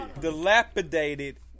Dilapidated